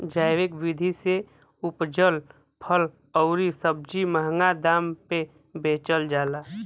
जैविक विधि से उपजल फल अउरी सब्जी महंगा दाम पे बेचल जाला